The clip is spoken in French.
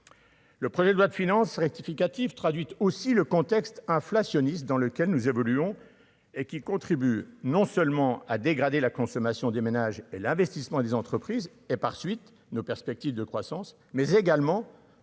Le projet de loi de finances rectificative traduite aussi le contexte inflationniste dans lequel nous évoluons et qui contribue non seulement à dégrader la consommation des ménages et l'investissement des entreprises et par suite, nos perspectives de croissance mais également à accroître le niveau des taux d'intérêt, et notamment ceux des